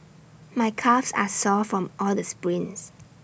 my calves are sore from all the sprints